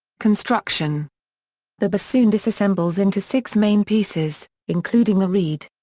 construction the bassoon disassembles into six main pieces, including the reed.